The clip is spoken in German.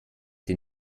den